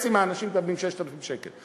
חצי מהאנשים מקבלים עד 6,000 שקל.